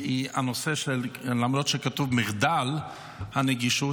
למרות שכתוב "מחדל הנגישות",